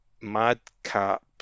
Madcap